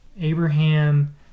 Abraham